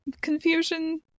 confusion